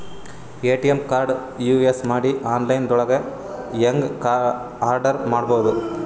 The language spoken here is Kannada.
ಎ.ಟಿ.ಎಂ ಕಾರ್ಡ್ ಯೂಸ್ ಮಾಡಿ ಆನ್ಲೈನ್ ದೊಳಗೆ ಹೆಂಗ್ ಆರ್ಡರ್ ಮಾಡುದು?